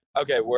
Okay